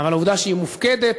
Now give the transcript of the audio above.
אבל העובדה שהיא מופקדת,